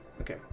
okay